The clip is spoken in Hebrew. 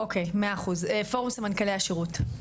אוקי, מאה אחוז, פורום סמנכ"לי השירות,